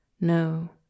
No